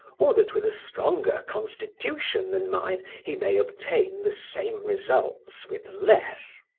or that with a stronger constitution than mine he may obtain the same results with less.